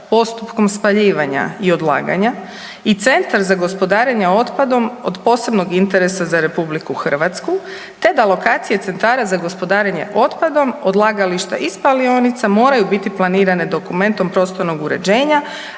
postupkom spaljivanja i odlaganja i centar za gospodarenje otpadom od posebnog interesa za RH, te da lokacije centara za gospodarenje otpadom, odlagališta i spalionica moraju biti planirane dokumentom prostornog uređenja,